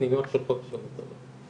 שהפנימיות שולחות יותר.